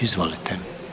Izvolite.